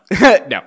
No